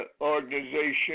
organization